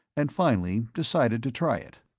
and finally decided to try it.